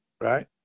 right